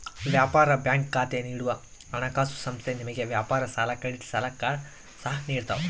ವ್ಯಾಪಾರ ಬ್ಯಾಂಕ್ ಖಾತೆ ನೀಡುವ ಹಣಕಾಸುಸಂಸ್ಥೆ ನಿಮಗೆ ವ್ಯಾಪಾರ ಸಾಲ ಕ್ರೆಡಿಟ್ ಸಾಲ ಕಾರ್ಡ್ ಸಹ ನಿಡ್ತವ